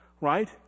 right